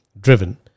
driven